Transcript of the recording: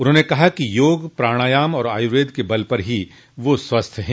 उन्होंने कहा कि योग प्राणायाम और आयुर्वेद के बल पर ही वे स्वस्थ हैं